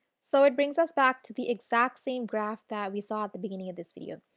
so it brings us back to the exact same graph that we saw at the beginning of this video.